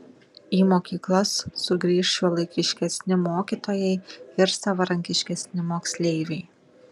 į mokyklas sugrįš šiuolaikiškesni mokytojai ir savarankiškesni moksleiviai